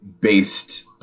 based